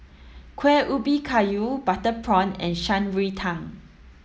Kueh Ubi Kayu butter prawn and Shan Rui Tang